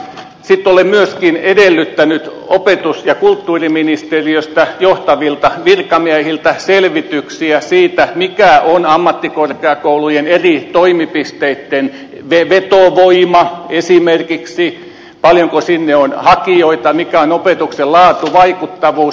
sitten olen myöskin edellyttänyt opetus ja kulttuuriministeriön johtavilta virkamiehiltä selvityksiä siitä mikä on ammattikorkeakoulujen eri toimipisteitten vetovoima esimerkiksi paljonko sinne on hakijoita mikä on opetuksen laatu vaikuttavuus